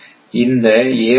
இந்த ஐ 0